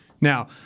Now